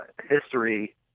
history